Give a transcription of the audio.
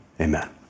Amen